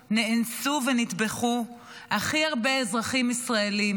נאנסו ונטבחו הכי הרבה אזרחים ישראלים,